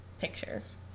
pictures